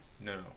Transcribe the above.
no